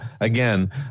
again